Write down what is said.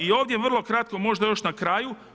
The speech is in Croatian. I ovdje vrlo kratko možda još na kraju.